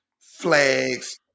flags